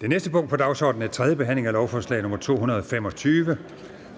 Det næste punkt på dagsordenen er: 5) 3. behandling af lovforslag nr. L 225: